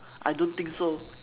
I don't think so